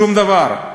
שום דבר.